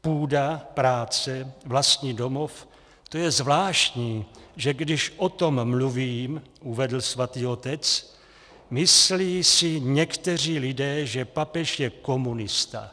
Půda, práce, vlastní domov, to je zvláštní, že když o tom mluvím, uvedl Svatý otec, myslí si někteří lidé, že papež je komunista.